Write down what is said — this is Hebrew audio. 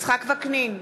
יצחק וקנין,